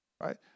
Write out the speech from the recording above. right